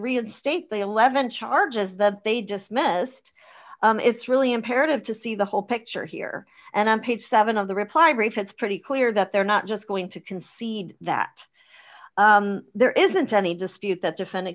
reinstate the eleven charges that they just missed it's really imperative to see the whole picture here and i'm page seven of the reply brief it's pretty clear that they're not just going to concede that there isn't any dispute that defend